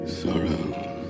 sorrow